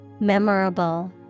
Memorable